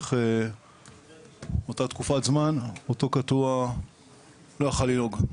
במשך אותה תקופת זמן אותו קטוע לא יכול היה לנהוג.